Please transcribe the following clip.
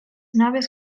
naves